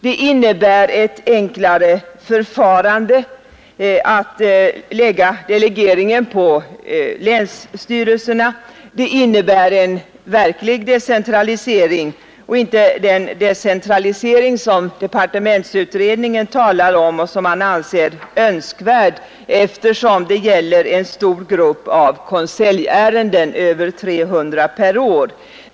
Det innebär ett enklare förfarande att lägga delegeringen på länsstyrelserna. Det innebär en verklig decentralisering och inte den decentralisering som departementsutredningen talar om och som man anser önskvärd ”eftersom det gäller en stor grupp av konseljärenden — över 300 per år”.